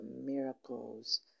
miracles